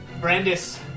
Brandis